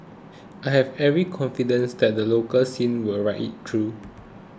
I have every confidence that the local scene will ride it through